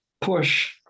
push